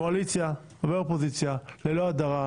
קואליציה ואופוזיציה, ללא הדרה.